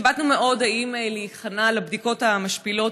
התלבטנו מאוד אם להיכנע לבדיקות המשפילות,